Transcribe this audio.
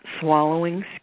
swallowing